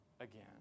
again